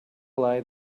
lie